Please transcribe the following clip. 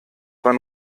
bahn